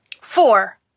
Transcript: Four